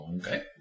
okay